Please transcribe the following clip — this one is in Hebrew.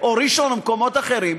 ראשון-לציון או כל מיני מקומות אחרים